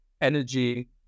energy